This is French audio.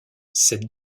cette